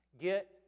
Get